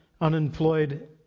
unemployed